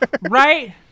Right